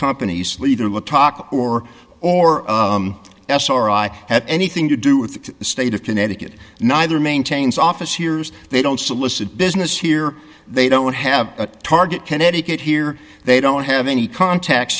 companies leader let talk or or sri had anything to do with the state of connecticut neither maintains office years they don't solicit business here they don't have a target connecticut here they don't have any contact